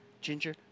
ginger